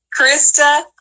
Krista